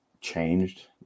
changed